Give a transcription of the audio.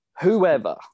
whoever